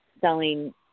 selling